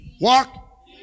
Walk